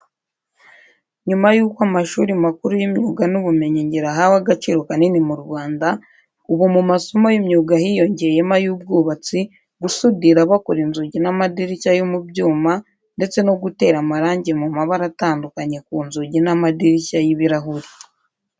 Nyuma y'uko amashuri makuru y'imyuga n'ubumenyingiro ahawe agaciro kanini mu Rwanda, ubu mu masomo y'imyuga hiyongereyemo ay'ubwubatsi, gusudira bakora inzugi n'amadirishya yo mu byuma ndetse no gutera amarange mu mabara atandukanye ku nzugi n'amadirishya y'ibirahuri.